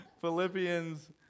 Philippians